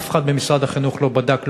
אף אחד ממשרד החינוך לא בדק,